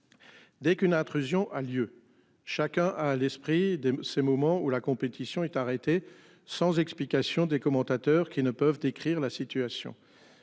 Dès qu'une intrusion a lieu. Chacun a à l'esprit de ces moments où la compétition est arrêté sans explication des commentateurs qui ne peuvent décrire la situation.